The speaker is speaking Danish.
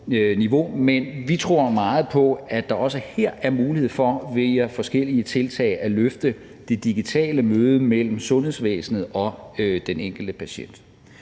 men vi tror meget på, at der også her er mulighed for via forskellige tiltag at løfte det digitale møde mellem sundhedsvæsenet og den enkelte patient.